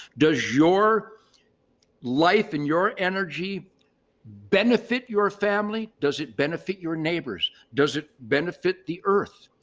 does your life and your energy benefit your family? does it benefit your neighbors? does it benefit the earth?